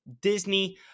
Disney